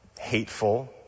hateful